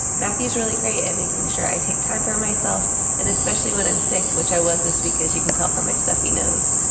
matthew's really great at making sure i take time for myself and especially when i'm sick, which i was this week, as you can tell from my stuffy nose.